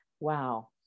wow